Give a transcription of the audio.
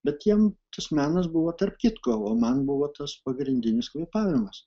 bet jiem tas menas buvo tarp kitko o man buvo tas pagrindinis kvėpavimas